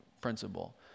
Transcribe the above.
principle